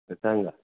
सांगा